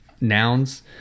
nouns